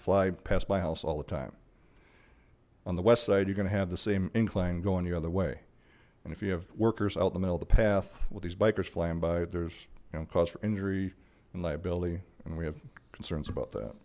fly past my house all the time on the west side you're gonna have the same incline going the other way and if you have workers out the middle the path with these bikers flying by there's no cause for injury and liability and we have concerns about that